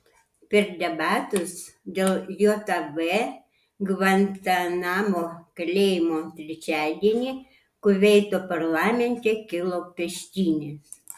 per debatus dėl jav gvantanamo kalėjimo trečiadienį kuveito parlamente kilo peštynės